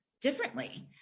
differently